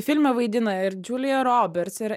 filme vaidina ir džiulija roberts ir